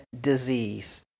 disease